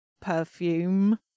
perfume